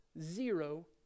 zero